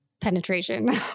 penetration